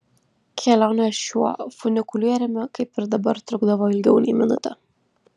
kelionė šiuo funikulieriumi kaip ir dabar trukdavo ilgiau nei minutę